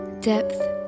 depth